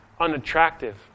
unattractive